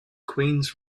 queens